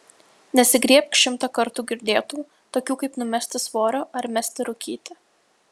nesigriebk šimtą kartų girdėtų tokių kaip numesti svorio ar mesti rūkyti